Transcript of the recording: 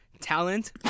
talent